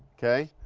okay?